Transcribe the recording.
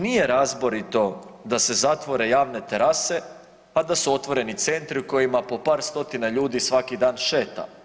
Nije razborito da se zatvore javne terase, a da su otvoreni centri u kojima po par stotina ljudi svaki dan šeta.